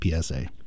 PSA